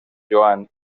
joan